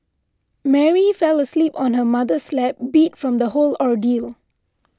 Mary fell asleep on her mother's lap beat from the whole ordeal